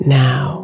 now